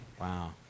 Wow